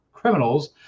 criminals